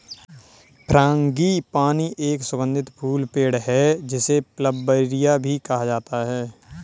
frangipani एक सुगंधित फूल पेड़ है, जिसे प्लंबरिया भी कहा जाता है